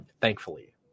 Thankfully